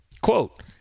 quote